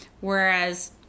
whereas